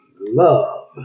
love